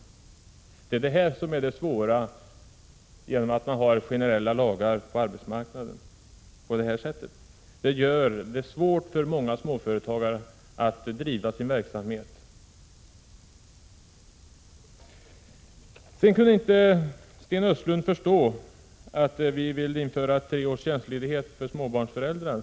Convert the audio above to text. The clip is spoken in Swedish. Detta visar svårigheterna med att på det här sättet ha generella lagar på arbetsmarknaden. Det gör det svårt för många småföretagare att driva sin verksamhet. Sedan kunde Sten Östlund inte förstå att vi vill införa tre års tjänstledighet för småbarnsföräldrar.